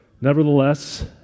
Nevertheless